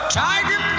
tiger